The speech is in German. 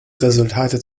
resultate